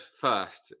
first